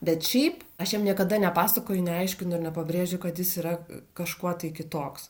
bet šiaip aš jam niekada nepasakoju neaiškinu ir nepabrėžiu kad jis yra kažkuo tai kitoks